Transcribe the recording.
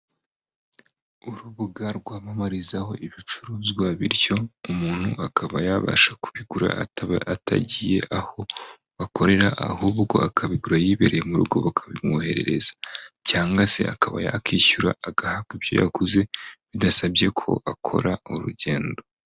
Urubuga rwamamarizaho ibicuruzwa, bityo umuntu akaba yabasha kubigura akaba atagiye aho bakorera ahubwo akabigura yibereye mu rugo bakabimwoherereza, cyangwa se akaba yakishyura agahabwa ibyo yaguze bidasabye ko akora urugendo.